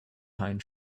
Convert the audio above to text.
pine